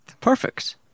perfect